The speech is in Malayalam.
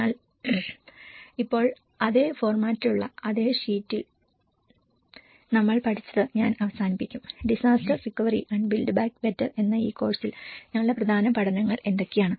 എന്നാൽ ഇപ്പോൾ അതേ ഫോർമാറ്റിലുള്ള അതേ ഷീറ്റിൽ നമ്മൾ പഠിച്ചത് ഞാൻ അവസാനിപ്പിക്കും disaster recovery and build back better എന്ന ഈ കോഴ്സിൽ ഞങ്ങളുടെ പ്രധാന പഠനങ്ങൾ എന്തൊക്കെയാണ്